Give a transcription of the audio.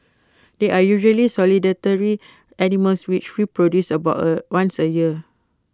they are usually solitary animals which reproduce about A once A year